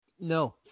No